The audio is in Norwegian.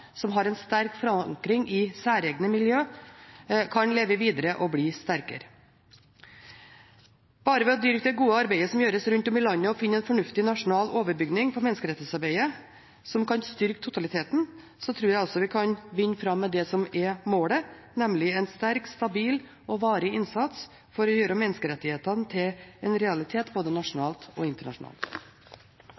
som har en sterk forankring i særegne miljøer, kan leve videre og bli sterkere. Bare ved å dyrke det gode arbeidet som gjøres rundt om i landet, og ved å finne en fornuftig nasjonal overbygning for menneskerettighetsarbeidet som kan styrke totaliteten, tror jeg vi kan vinne fram med det som er målet, nemlig en sterk, stabil og varig innsats for å gjøre menneskerettighetene til en realitet både nasjonalt og internasjonalt.